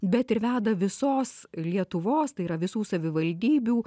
bet ir veda visos lietuvos tai yra visų savivaldybių